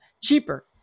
cheaper